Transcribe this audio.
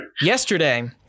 Yesterday